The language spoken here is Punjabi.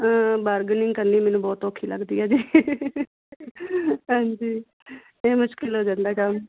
ਬਾਰਗਨਿੰਗ ਕਰਨੀ ਮੈਨੂੰ ਬਹੁਤ ਔਖੀ ਲੱਗਦੀ ਹੈ ਜੀ ਹਾਂਜੀ ਇਹ ਮੁਸ਼ਕਿਲ ਹੋ ਜਾਂਦਾ ਕੰਮ